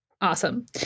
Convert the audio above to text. Awesome